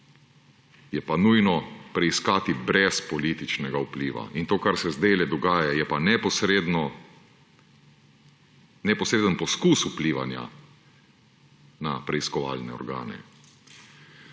je pa nujno preiskati brez političnega vpliva. In to, kar se zdajle dogaja, je pa neposreden poskus vplivanja na preiskovalne organe.